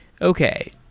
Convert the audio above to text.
Okay